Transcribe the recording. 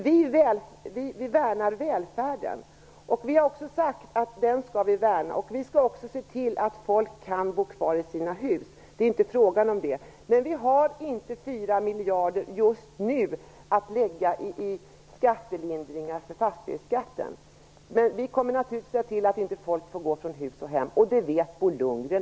Vi värnar välfärden, som vi har sagt att vi skall värna. Vi skall också se till att folk kan bo kvar i sina hus. Men vi har inte 4 miljarder just nu att lägga i lindringar av fastighetsskatten. Men vi kommer naturligtvis att se till att folk inte behöver gå från hus och hem, och det vet Bo Lundgren.